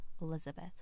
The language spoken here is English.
Elizabeth